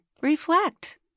reflect